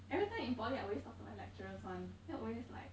every time in poly I always talk to my lecturers [one] then always like